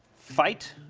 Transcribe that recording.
fight